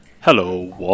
Hello